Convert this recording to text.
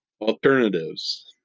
Alternatives